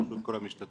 ברשות כל המשתתפים,